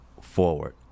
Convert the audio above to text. forward